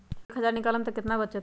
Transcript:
एक हज़ार निकालम त कितना वचत?